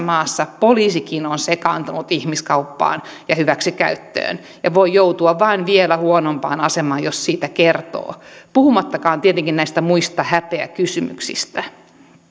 maassa poliisikin on sekaantunut ihmiskauppaan ja hyväksikäyttöön ja voi joutua vain vielä huonompaan asemaan jos siitä kertoo puhumattakaan tietenkin näistä muista häpeäkysymyksistä